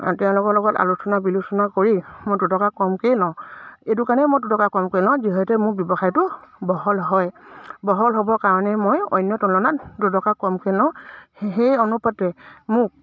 তেওঁলোকৰ লগত আলোচনা বিলোচনা কৰি মই দুটকা কমকেই লওঁ এইটোকাৰণে মই দুটকা কমকৈ লওঁ যিহেতু মোৰ ব্যৱসায়টো বহল হয় বহল হ'বৰ কাৰণে মই অন্য তুলনাত দুটকা কমকৈ লওঁ সেই অনুপাতে মোক